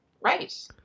right